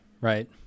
right